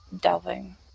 delving